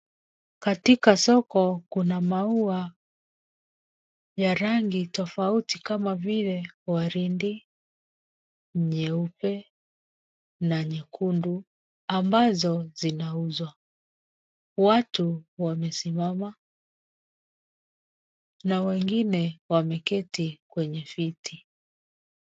Katika soko kuna maua ya rangi tofauti kama vile waridi, nyeupe, na nyekundu ambazo zinauzwa. Watu wamesimama na wengine wameketi kwenye viti.